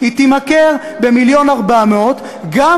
היא תימכר במיליון ו-400,000.